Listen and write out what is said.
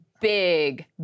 big